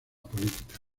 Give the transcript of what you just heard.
política